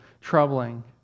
troubling